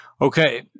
Okay